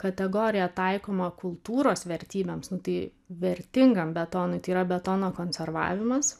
kategorija taikoma kultūros vertybėms tai vertingam betonui tai yra betono konservavimas